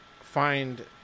find